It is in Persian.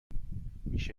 میشه